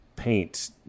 paint